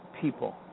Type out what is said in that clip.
people